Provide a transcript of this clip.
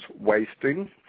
wasting